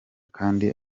kandi